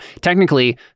Technically